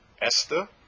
Esther